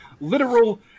literal